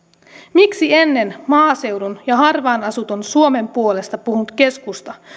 miksi ennen maaseudun ja harvaan asutun suomen puolesta puhunut keskusta